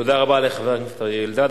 תודה רבה לחבר הכנסת אריה אלדד.